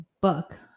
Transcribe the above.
book